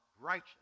righteous